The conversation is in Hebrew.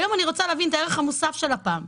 היום אני רוצה להבין את הערך המוסף של לפ"מ.